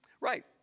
Right